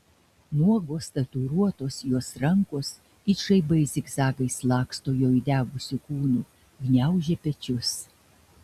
nuogos tatuiruotos jos rankos it žaibai zigzagais laksto jo įdegusiu kūnu gniaužia pečius